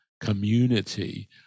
community